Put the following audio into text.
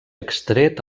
extret